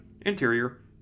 interior